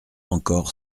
encore